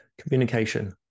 Communication